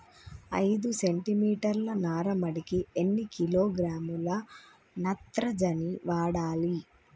ఐదు సెంటిమీటర్ల నారుమడికి ఎన్ని కిలోగ్రాముల నత్రజని వాడాలి?